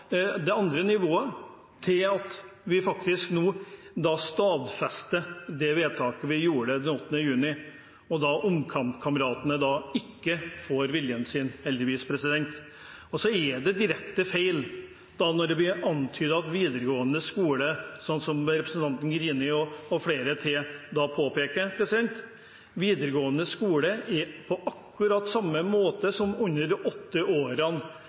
det andre nivået, til vi nå faktisk stadfester det vedtaket vi gjorde den 8. juni – og omkamp-kameratene heldigvis ikke får viljen sin. Direkte feil er også antydningene om videregående skole fra representanten Greni og flere til. Videregående skole er på akkurat samme måte som under de åtte årene